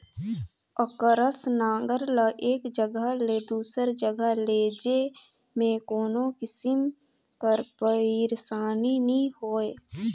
अकरस नांगर ल एक जगहा ले दूसर जगहा लेइजे मे कोनो किसिम कर पइरसानी नी होए